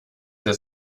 der